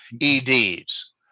EDs